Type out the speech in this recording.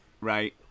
Right